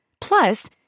Plus